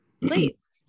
please